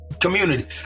Community